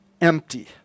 empty